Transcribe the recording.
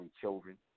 children